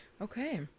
Okay